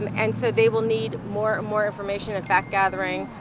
and and so they will need more and more information and fact gathering.